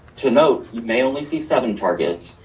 to note, you may only see seven targets,